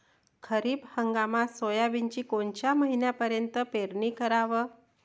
खरीप हंगामात सोयाबीनची कोनच्या महिन्यापर्यंत पेरनी कराव?